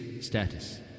status